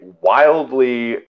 wildly